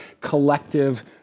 collective